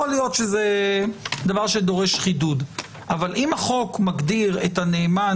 יכול להיות שזה דבר שדורש חידוד אבל אם החוק מגדיר את הנאמן